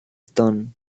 stone